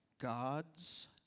God's